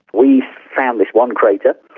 we found this one crater.